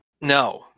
No